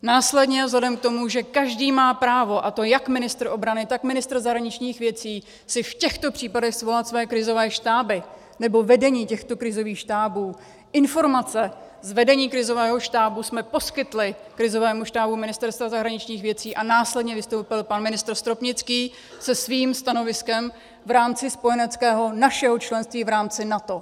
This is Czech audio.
Následně vzhledem k tomu, že každý má právo, a to jak ministr obrany, tak ministr zahraničních věcí, si v těchto případech svolat své krizové štáby nebo vedení těchto krizových štábů, informace vedení krizového štábu jsme poskytli krizovému štábu Ministerstva zahraničních věcí a následně vystoupil pan ministr Stropnický se svým stanoviskem v rámci spojeneckého našeho členství v NATO.